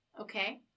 Okay